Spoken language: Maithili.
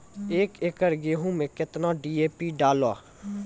एक एकरऽ गेहूँ मैं कितना डी.ए.पी डालो?